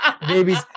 babies